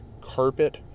carpet